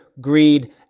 greed